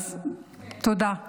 אז תודה.